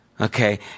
Okay